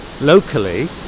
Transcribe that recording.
locally